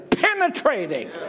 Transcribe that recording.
Penetrating